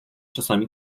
czasami